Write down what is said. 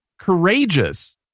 Courageous